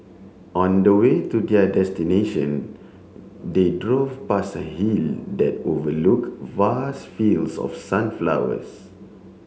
on the way to their destination they drove past a hill that overlook vast fields of sunflowers